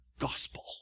gospel